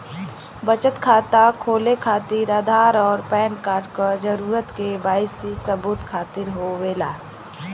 बचत खाता खोले खातिर आधार और पैनकार्ड क जरूरत के वाइ सी सबूत खातिर होवेला